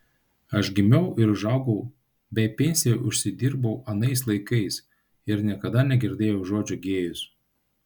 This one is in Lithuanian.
aš gimiau ir užaugau bei pensiją užsidirbau anais laikais ir niekada negirdėjau žodžio gėjus